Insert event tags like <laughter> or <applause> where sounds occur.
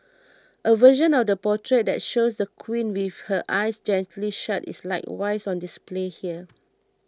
<noise> a version of the portrait that shows the Queen with her eyes gently shut is likewise on display here